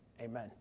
amen